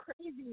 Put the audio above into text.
crazy